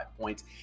points